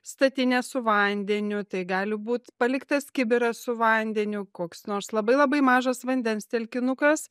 statinė su vandeniu tai gali būt paliktas kibiras su vandeniu koks nors labai labai mažas vandens telkinukas